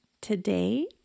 Today